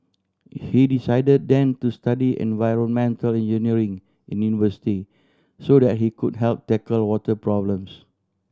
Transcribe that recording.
he decided then to study environmental engineering in university so that he could help tackle water problems